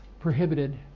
prohibited